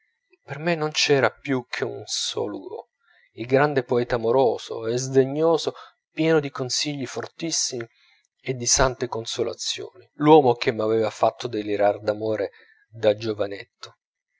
per me non c'era più che un solo hugo il grande poeta amoroso e sdegnoso pieno di consigli fortissimi e di sante consolazioni l'uomo che m'aveva fatto delirare d'amore da giovanetto